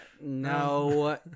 No